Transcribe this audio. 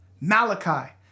Malachi